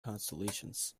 constellations